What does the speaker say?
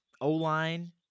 O-line